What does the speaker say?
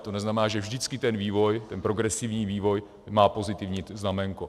To neznamená, že vždycky ten progresivní vývoj má pozitivní znaménko.